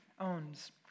Owns